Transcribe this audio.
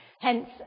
Hence